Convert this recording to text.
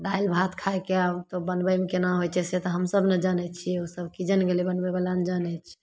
दालि भात खाइके तऽ बनबै कोना होइ छै से तऽ हमसभ ने जानै छिए ओसब कि जानै गेलै बनबैवला ने जानै छै